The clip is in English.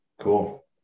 Cool